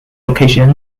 occasion